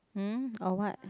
um or what